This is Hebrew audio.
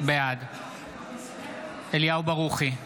בעד אליהו ברוכי,